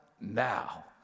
now